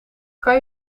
kan